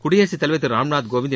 குடியரசுத் தலைவர் திரு ராம்நாத் கோவிந்த்